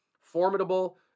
formidable